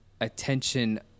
attention